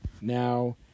now